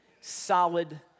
Solid